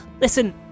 listen